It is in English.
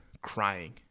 crying